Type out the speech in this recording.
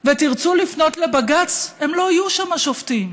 תרצו לפנות לבג"ץ, הם לא יהיו שם, השופטים.